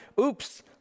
Oops